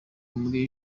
muri